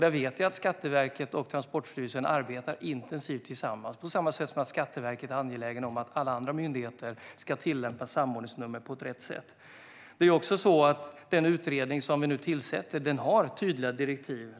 Där vet jag att Skatteverket och Transportstyrelsen arbetar intensivt tillsammans, på samma sätt som att Skatteverket är angeläget om att alla andra myndigheter ska tillämpa samordningsnummer på rätt sätt. Det är också så att den utredning som vi nu tillsätter har tydliga direktiv.